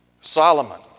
Solomon